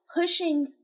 pushing